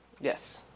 Yes